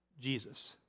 Jesus